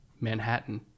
Manhattan